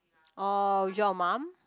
orh with your mum